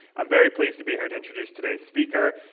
i'm very pleased to be here to introduce today's speaker,